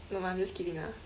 no lah I'm just kidding lah